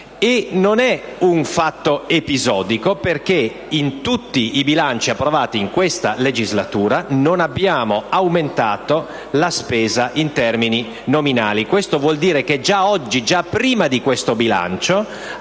Non è un fatto episodico, perché in tutti i bilanci approvati in questa legislatura non abbiamo mai aumentato la spesa in termini nominali. Questo vuol dire che già prima di questo bilancio